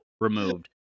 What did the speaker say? removed